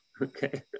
Okay